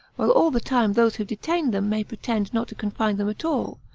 while all the time those who detain them may pretend not to confine them at all,